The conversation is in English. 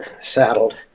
saddled